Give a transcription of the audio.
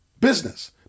business